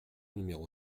numéro